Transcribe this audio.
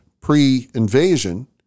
pre-invasion